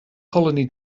colony